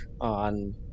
on